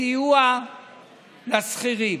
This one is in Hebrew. בסיוע לשכירים.